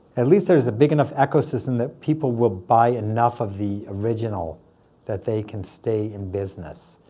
at least there's a big enough ecosystem that people will buy enough of the original that they can stay in business.